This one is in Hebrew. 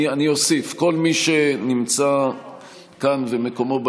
כל מי שנמצא כאן ומקומו ביציע,